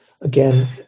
Again